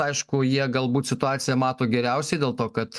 aišku jie galbūt situaciją mato geriausiai dėl to kad